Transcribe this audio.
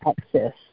access